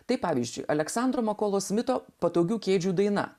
tai pavyzdžiui aleksandro makolo smito patogių kėdžių daina